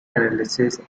analysis